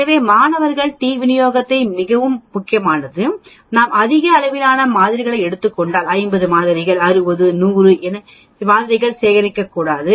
எனவே மாணவர் டி விநியோகம் மிகவும் முக்கியமானது நாம் அதிக அளவிலான மாதிரிகளை எடுத்துக்காட்டாக 50 மாதிரிகள் 60 மாதிரிகள் 100 மாதிரிகள் சேகரிக்க கூடாது